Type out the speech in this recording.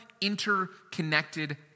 interconnected